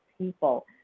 people